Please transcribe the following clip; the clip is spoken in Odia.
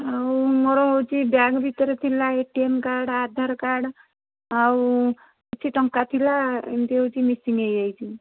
ଆଉ ମୋର ହେଉଛି ବ୍ୟାଗ୍ ଭିତରେ ଥିଲା A T M card Aadhaar card ଆଉ କିଛି ଟଙ୍କା ଥିଲା ଏମିତି ହେଉଛି ମିସିଂ ହେଇଯାଇଛି